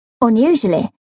Unusually